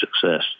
success